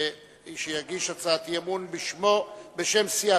שיגיש הצעת אי-אמון בשם סיעתו,